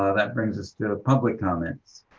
ah that brings us to the public comments?